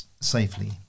safely